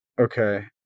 okay